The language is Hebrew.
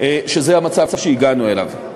שזה המצב שהגענו אליו.